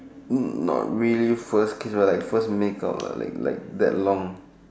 mm not really first kiss lah like first make out ah like like that long